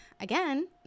again